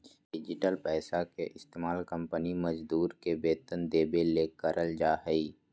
digital पैसा के इस्तमाल कंपनी मजदूर के वेतन देबे ले करल जा हइ